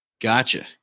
Gotcha